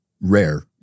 rare